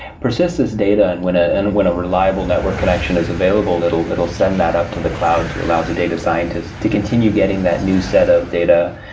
persist this data and when ah and when a reliable network connection is available, it'll it'll send that up to the cloud to allow the data scientists to continue getting that new set of data,